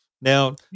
now